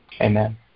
Amen